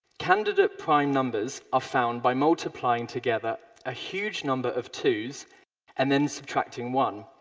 candidate prime numbers are found by multiplying together a huge number of two s and then subtracting one.